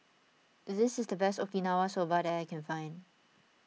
is this the best Okinawa Soba that I can find